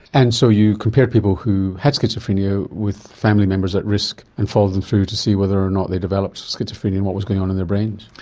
and so you compared people who had schizophrenia with family members at risk and followed them through to see whether or not they developed schizophrenia and what was going on in their brains?